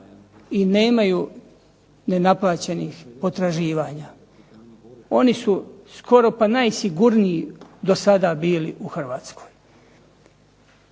i nemaju nenaplaćenih potraživanja. Oni su skoro pa i najsigurniji do sada bili u Hrvatskoj.